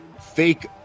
fake